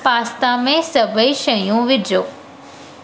pasta में सभई शयूं विझो